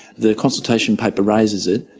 the consultation paper raises it,